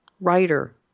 writer